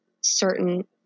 certain